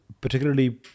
particularly